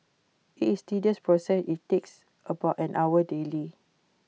IT is tedious process IT takes about an hour daily